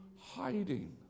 hiding